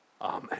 Amen